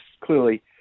clearly